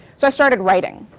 so i started writing